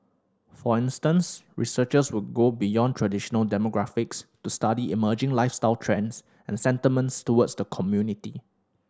for instance researchers will go beyond traditional demographics to study emerging lifestyle trends and sentiments towards the community